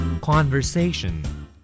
Conversation